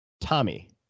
Tommy